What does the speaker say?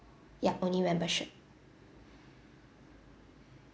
yup only membership